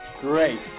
Great